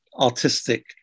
artistic